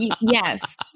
Yes